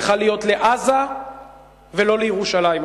צריכה להיות לעזה ולא לירושלים,